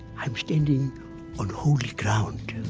i'm standing on holy ground.